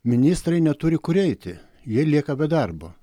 ministrai neturi kur eiti jie lieka be darbo